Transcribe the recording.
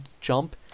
jump